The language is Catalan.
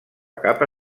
capa